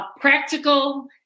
practical